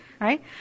right